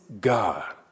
God